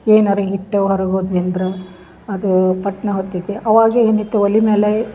ಏನರ ಇಟ್ಟ ಹೊರ್ಗ್ ಹೋದ್ವಿ ಅಂದ್ರೆ ಅದು ಪಟ್ನಾ ಹೊತ್ತಿತಿ ಅವಾಗೆ ಏನಿತ್ತು ಒಲಿ ಮೇಲೆ